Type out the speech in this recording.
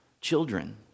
children